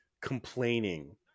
complaining